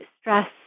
stress